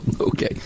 Okay